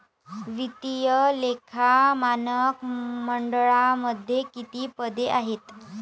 वित्तीय लेखा मानक मंडळामध्ये किती पदे आहेत?